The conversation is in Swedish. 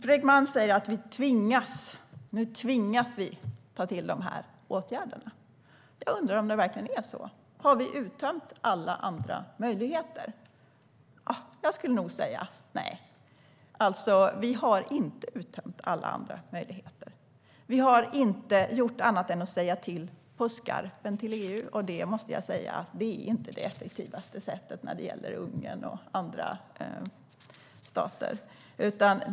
Fredrik Malm säger att nu tvingas vi att ta till de här åtgärderna. Jag undrar om det verkligen är så. Har vi uttömt alla andra möjligheter? Jag skulle nog säga: Nej, vi har inte uttömt alla andra möjligheter. Vi har inte gjort annat än att vi sagt till på skarpen till EU, och det måste jag säga inte är det effektivaste sättet när det gäller Ungern och andra stater.